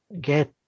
get